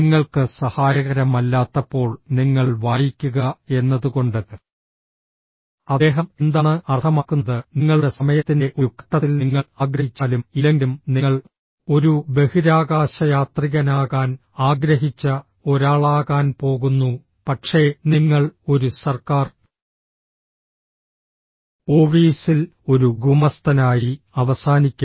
നിങ്ങൾക്ക് സഹായകരമല്ലാത്തപ്പോൾ നിങ്ങൾ വായിക്കുക എന്നതുകൊണ്ട് അദ്ദേഹം എന്താണ് അർത്ഥമാക്കുന്നത് നിങ്ങളുടെ സമയത്തിന്റെ ഒരു ഘട്ടത്തിൽ നിങ്ങൾ ആഗ്രഹിച്ചാലും ഇല്ലെങ്കിലും നിങ്ങൾ ഒരു ബഹിരാകാശയാത്രികനാകാൻ ആഗ്രഹിച്ച ഒരാളാകാൻ പോകുന്നു പക്ഷേ നിങ്ങൾ ഒരു സർക്കാർ ഓഫീസിൽ ഒരു ഗുമസ്തനായി അവസാനിക്കും